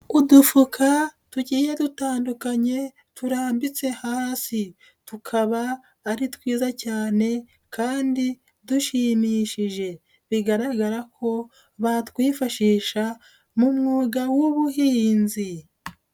Udufuka tugiye dutandukanye turambitse hasi tukaba ari twiza cyane kandi dushimishije bigaragara ko batwifashisha mu mwuga w'ubuhinzi.